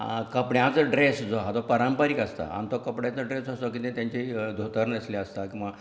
कपड्याचो ड्रेस जो आहा तो पारंपारीक आसता आनी तो कपड्याचो ड्रेस जो आसता कितें तेंची धोंतर न्हेसले आसता म्हण